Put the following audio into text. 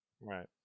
right